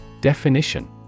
Definition